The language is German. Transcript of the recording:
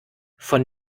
von